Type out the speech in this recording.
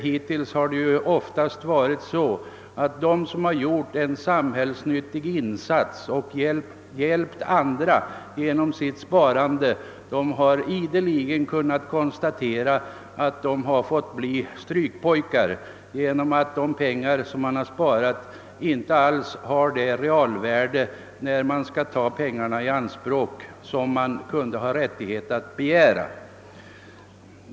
Hittills har det oftast varit så att de, som gjort en samhällsnyttig insats och hjälpt andra genom sitt sparande, ideligen har kunnat konstatera att de har blivit strykpojkar genom att de sparade pengarna inte alls haft det realvärde, när man skulle ta pengarna i anspråk, som man kunnat ha rättighet att begära.